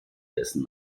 dessen